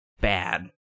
bad